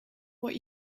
what